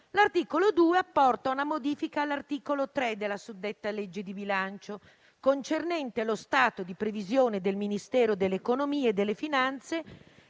l'articolo 2 apporta una modifica all'articolo 3 della suddetta legge di bilancio, concernente lo stato di previsione del Ministero dell'economia e delle finanze,